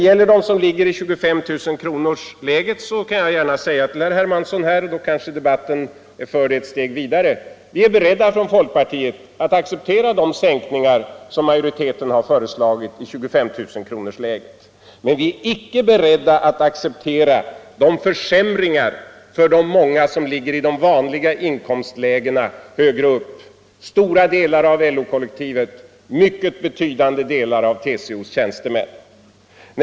Jag kan gärna säga till herr Hermansson — det kanske för debatten ett steg vidare — att vi från folkpartiet är beredda att acceptera de skattesänkningar som majoriteten har föreslagit för dem som ligger i 25 000 kronorsklassen. Men vi är icke beredda att acceptera försämringar för de många människor som ligger i de vanliga inkomstlägena högre upp, stora delar av LO-kollektivet och mycket betydande delar av TCO:s tjänstemän.